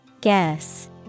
Guess